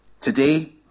today